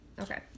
okay